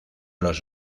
los